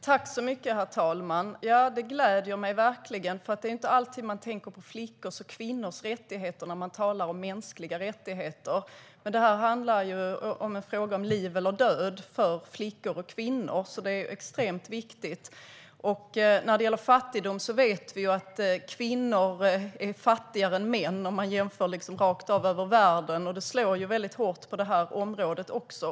Herr talman! Det gläder mig verkligen. Det är inte alltid man tänker på flickors och kvinnors rättigheter när man talar om mänskliga rättigheter. Men det är en fråga om liv eller död för flickor och kvinnor, så det är extremt viktigt. Vi vet att kvinnor är fattigare än män om vi jämför rakt av över världen. Det slår hårt på detta område också.